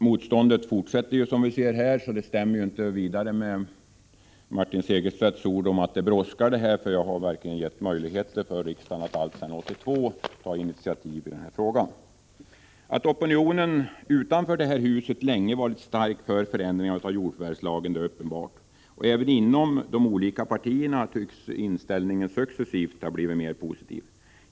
Motståndet fortsätter, som vi ser här. Det stämmer inte vidare bra med Martin Segerstedts ord att det brådskar. Jag har alltsedan 1982 verkligen gett riksdagen möjlighet att ta initiativ i denna fråga. Att opinionen för förändringar av jordförvärvslagen länge har varit stark utanför detta hus är uppenbart. Även inom de olika partierna tycks inställningen successivt ha blivit mer positiv.